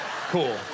cool